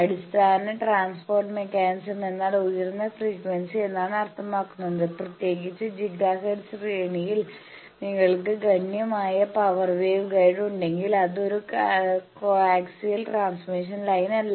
അടിസ്ഥാന transport mechanism എന്നാൽ ഉയർന്ന ഫ്രീക്വൻസി എന്നാണ് അർത്ഥമാക്കുന്നത് പ്രത്യേകിച്ച് ജിഗ ഹെർട്സ് ശ്രേണിയിൽ നിങ്ങൾക്ക് ഗണ്യമായ പവർ വേവ് ഗൈഡ് ഉണ്ടെങ്കിൽ അത് ഒരു കോആക്സിയൽ ട്രാൻസ്മിഷൻ ലൈനല്ല